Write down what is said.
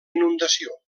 inundació